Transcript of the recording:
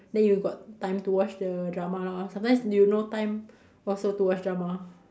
then you got time to watch the drama lah sometimes you no time also to watch drama